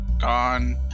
gone